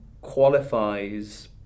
qualifies